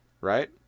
Right